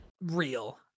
real